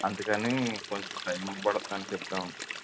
అందుకని కొంచెం టైమ్ పడుతుందని చెప్తాం